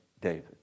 David